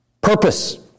Purpose